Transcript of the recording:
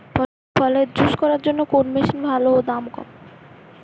ফলের জুস করার জন্য কোন মেশিন ভালো ও দাম কম?